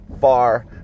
far